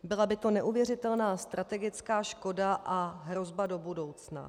Byla by to neuvěřitelná strategická škoda a hrozba do budoucna.